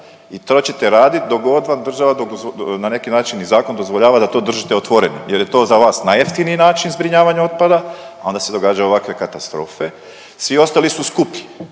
I to ćete raditi dok god vam država na neki način i zakon dozvoljava da to držite otvorenim jer je to za vas najjeftiniji način zbrinjavanja otpada, a onda se događaju ovakve katastrofe, svi ostali su skuplji.